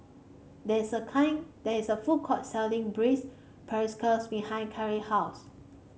there is a kind there is a food court selling braised behind Keira house